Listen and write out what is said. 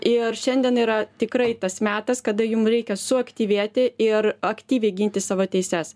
ir šiandien yra tikrai tas metas kada jum reikia suaktyvėti ir aktyviai ginti savo teises